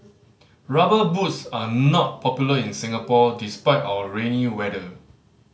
Rubber Boots are not popular in Singapore despite our rainy weather